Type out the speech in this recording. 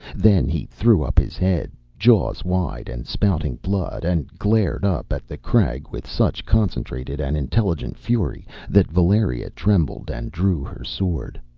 then he threw up his head, jaws wide and spouting blood, and glared up at the crag with such concentrated and intelligent fury that valeria trembled and drew her sword.